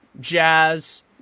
Jazz